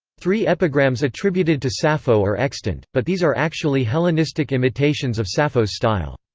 three epigrams attributed to sappho are extant, but these are actually hellenistic imitations of sappho's style.